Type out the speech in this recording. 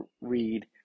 read